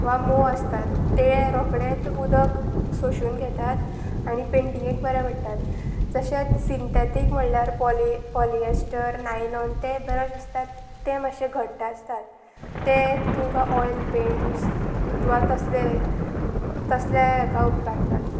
वा मोव आसतात ते रोकडे उदक सोशून घेतात आनी पेंटिंगेक बरें पडटात जशेंच सिंथेतीक म्हणल्यार पॉली पॉलिएस्टर नायनॉन ते ब्रश आसतात ते मातशे घडटा आसतात ते तुमकां ऑयल पेंट्स वा तसले तसले हाका उपकारतात